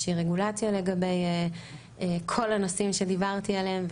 איזושהי רגולציה לגבי כל הנושאים שדיברתי עליהם,